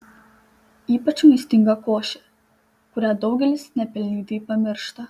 ypač maistinga košė kurią daugelis nepelnytai pamiršta